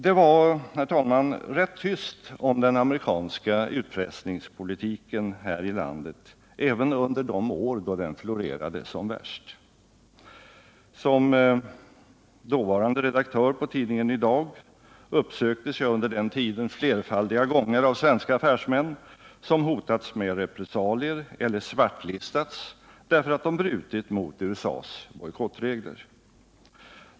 Det var, herr talman, rätt tyst om den amerikanska utpressningspolitiken mot vårt land även under de år då den florerade som värst. Som dåvarande redaktör på tidningen Ny Dag uppsöktes jag flerfaldiga gånger av svenska affärsmän som hotats med repressalier eller svartlistats därför att de brutit mot USA:s bojkottregler.